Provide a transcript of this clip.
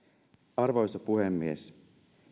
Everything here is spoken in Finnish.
arvoisa puhemies